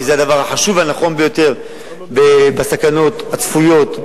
כי זה הדבר החשוב והנכון ביותר נוכח הסכנות הצפויות,